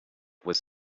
was